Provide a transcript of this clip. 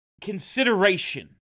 consideration